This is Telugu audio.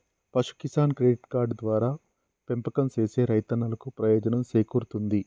పశు కిసాన్ క్రెడిట్ కార్డు ద్వారా పెంపకం సేసే రైతన్నలకు ప్రయోజనం సేకూరుతుంది